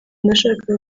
nashakaga